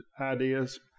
ideas